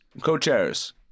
Co-chairs